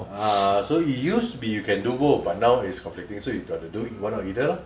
ah it used to be you can do both but now is conflicting so you've got to do one of either lah